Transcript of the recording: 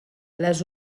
les